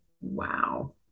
wow